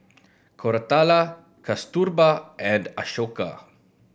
Koratala Kasturba and Ashoka